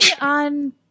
on